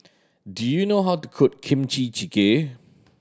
do you know how to cook Kimchi Jjigae